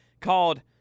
called